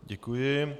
Děkuji.